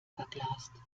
verglast